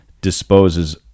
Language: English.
disposes